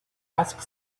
ask